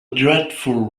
dreadful